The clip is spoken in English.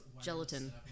gelatin